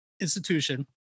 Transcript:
institution